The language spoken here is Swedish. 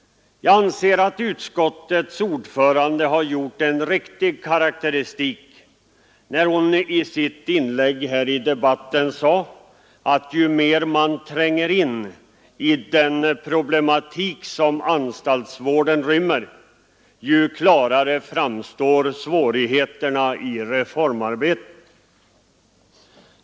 Jag anser att utskottets ordförande gjorde en riktig karakteristik då hon sade att ju mer man tränger in i den problematik som anstaltsvården rymmer, desto klarare framstår svårigheterna i reformarbetet.